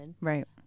Right